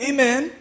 Amen